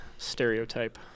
stereotype